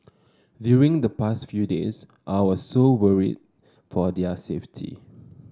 during the past few days I was so worried for their safety